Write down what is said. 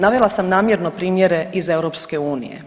Navela sam namjerno primjere iz EU.